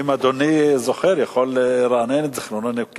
אם אדוני זוכר הוא יכול לרענן את זיכרוננו,